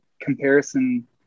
comparison